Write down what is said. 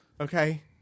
okay